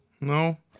No